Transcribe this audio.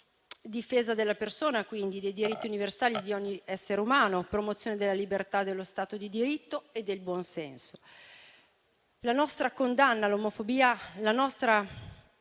Difesa della persona, quindi, e dei diritti universali di ogni essere umano; promozione della libertà nello Stato di diritto e del buon senso. La nostra condanna all'omofobia, la nostra